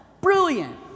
Brilliant